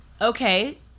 okay